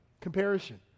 comparison